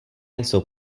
jsou